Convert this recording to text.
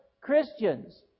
Christians